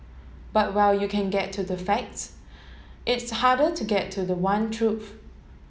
but while you can get to the facts it's harder to get to the one truth